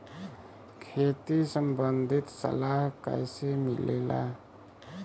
खेती संबंधित सलाह कैसे मिलेला?